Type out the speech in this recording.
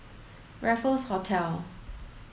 Raffles Hotel